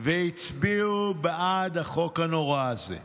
והצביעו בעד החוק הנורא הזה.